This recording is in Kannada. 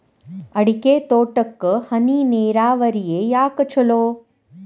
ಅಡಿಕೆ ತೋಟಕ್ಕ ಹನಿ ನೇರಾವರಿಯೇ ಯಾಕ ಛಲೋ?